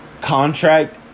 Contract